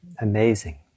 amazing